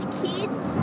kids